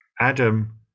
Adam